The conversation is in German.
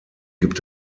gibt